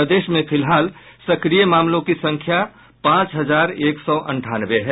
प्रदेश में फिलहाल सक्रिय मामलों की संख्या पांच हजार एक सौ अंठानवे है